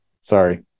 Sorry